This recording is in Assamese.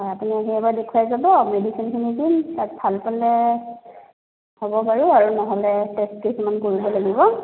অঁ আপুনি আহি এবাৰ দেখুৱাই যাব মেডিচিনখিনি দিম তাত ভাল পালে হ'ব বাৰু আৰু নহ'লে টেষ্ট কিছুমান কৰিব লাগিব